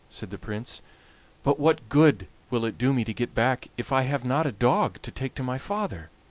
said the prince but what good will it do me to get back if i have not a dog to take to my father?